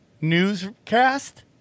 newscast